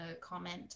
comment